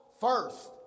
first